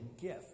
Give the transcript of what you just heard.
gift